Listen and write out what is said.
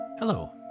Hello